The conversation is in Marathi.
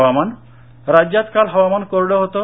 हवामान राज्यात काल हवामान कोरडं होतं